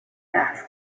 task